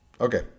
Okay